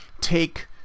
take